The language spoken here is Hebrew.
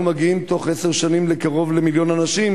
אנחנו מגיעים בתוך עשר שנים לקרוב למיליון אנשים.